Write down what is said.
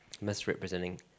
misrepresenting